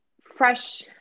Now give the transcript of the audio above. fresh